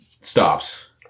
stops